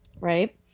right